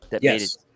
Yes